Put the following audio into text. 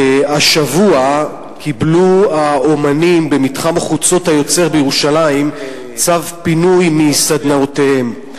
השבוע קיבלו האמנים במתחם "חוצות היוצר" בירושלים צו פינוי מסדנותיהם.